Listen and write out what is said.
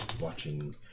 watching